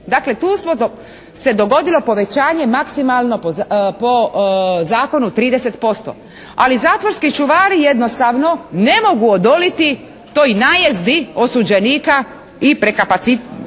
Dakle, tu se dogodilo povećanje maksimalno po zakonu 30%, ali zatvorski čuvari jednostavno ne mogu odoliti toj najezdi osuđenika i prekapacitiranosti